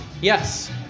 Yes